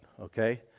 okay